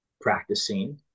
practicing